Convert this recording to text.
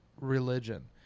religion